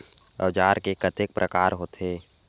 औजार के कतेक प्रकार होथे?